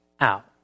out